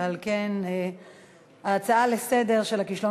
ועל כן ההצעה לסדר-היום על הכישלון